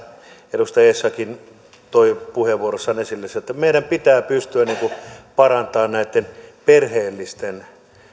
edustaja essayahkin toi puheenvuorossaan esille että meidän pitää pystyä parantamaan näitten perheellisten